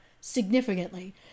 significantly